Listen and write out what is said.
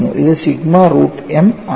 ഇത് sigma root m ആണ്